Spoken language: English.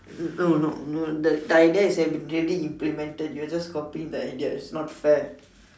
no no no the the idea is already implemented you're just copying the ideas it's not fair